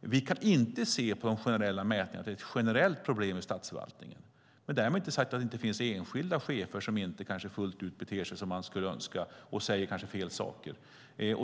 Vi kan inte på de generella mätningarna se att detta skulle vara ett generellt problem i statsförvaltningen, men därmed är inte sagt att det inte finns enskilda chefer som kanske inte fullt ut beter sig som man skulle önska och kanske säger fel saker.